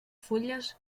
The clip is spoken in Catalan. fulles